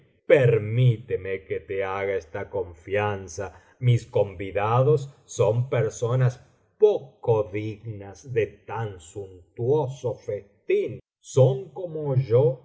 permíteme que te haga esta confianza mis convidados son personas poco dignas de tan suntuoso festín son como yo